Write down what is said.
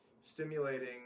stimulating